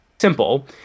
simple